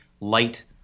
light